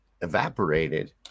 evaporated